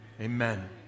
Amen